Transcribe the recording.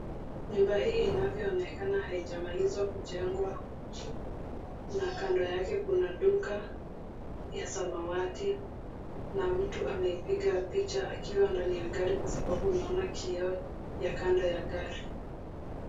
Nyumba hii inavyoonekana haijamaliza kujengwa na kando yake kuna duka ya samawati, na mtu amepiga picha akiwa ndani ya gari kwa sababu naona ya kando ya gari.